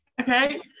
Okay